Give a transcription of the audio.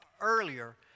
earlier